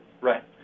Right